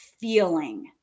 feeling